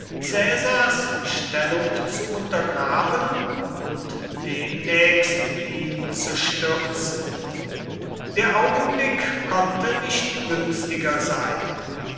stellung zu untergraben und demnächst ihn zu stürzen der augenblick konnte nicht günstiger sein